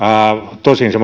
tosin se